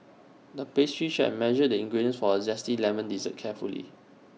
the pastry chef measured the ingredients for A Zesty Lemon Dessert carefully